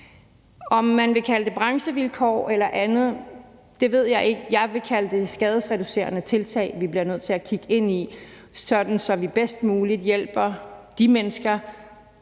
Om man vil kalde det branchevilkår eller andet, ved jeg ikke; jeg vil kalde det skadesreducerende tiltag, vi bliver nødt til at kigge ind i, sådan at vi bedst muligt hjælper de mennesker,